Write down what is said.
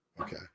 Okay